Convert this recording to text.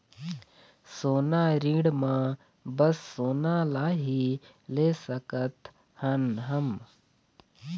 सोना ऋण मा बस सोना ला ही ले सकत हन हम?